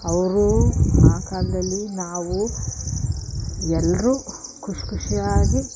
ಅವರು ಆ ಕಾಲದಲ್ಲಿ ನಾವು ಎಲ್ಲರೂ ಖುಷಿಖುಷಿಯಾಗಿ